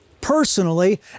personally